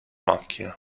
macchina